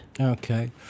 okay